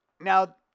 Now